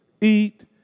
eat